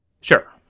Sure